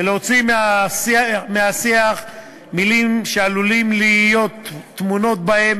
ולהוציא מהשיח מילים שעלולות להיות טמונות בהן